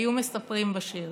היו מספרים בשיר.